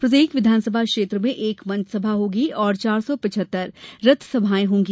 प्रत्येक विधानसभा क्षेत्र में एक मंच सभा होगी और चार सौ पिचहत्तर रथ सभाएं होंगी